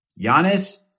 Giannis